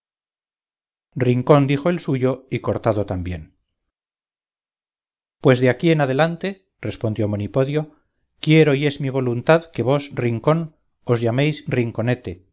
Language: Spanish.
rincón dijo el suyo y cortado también pues de aquí adelante respondió monipodio quiero y es mi voluntad que vos rincón os llaméis rinconete